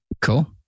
cool